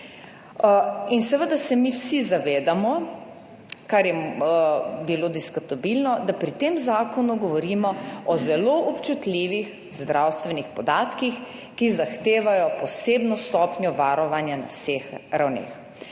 in seveda se mi vsi zavedamo, kar je bilo diskutabilno, da pri tem zakonu govorimo o zelo občutljivih zdravstvenih podatkih, ki zahtevajo posebno stopnjo varovanja na vseh ravneh.